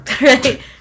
Right